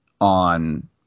on